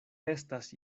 estas